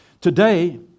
Today